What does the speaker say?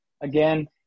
again